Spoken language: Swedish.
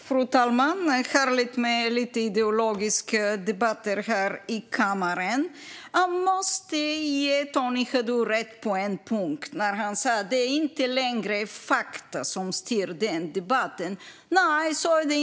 Fru talman! Det är härligt med lite ideologisk debatt här i kammaren. Jag måste ge Tony Haddou rätt på en punkt: Han sa att det inte längre är fakta som styr debatten. Så är det.